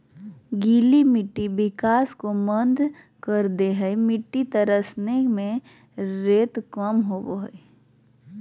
गीली मिट्टी विकास को मंद कर दे हइ मिटटी तरसने में रेत कम होबो हइ